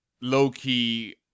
low-key